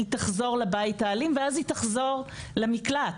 היא חזור לבית האלים ואז היא תחזור למקלט.